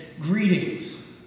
Greetings